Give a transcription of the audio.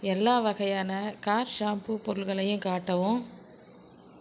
எல்லா வகையான car shampoo பொருள்களையும் காட்டவும்